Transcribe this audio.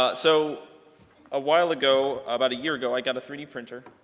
but so awhile ago, about a year ago, i got a three d printer.